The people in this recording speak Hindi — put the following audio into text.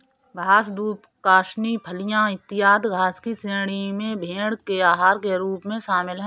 घास, दूब, कासनी, फलियाँ, इत्यादि घास की श्रेणी में भेंड़ के आहार के रूप में शामिल है